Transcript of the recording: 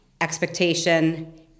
expectation